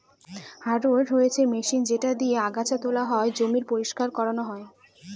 harrow হচ্ছে machine যেটা দিয়েক আগাছা তোলা হয়, জমি পরিষ্কার করানো হয়